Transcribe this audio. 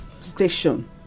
station